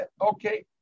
okay